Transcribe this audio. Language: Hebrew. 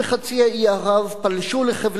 פלשו לחבלי ארץ רבים,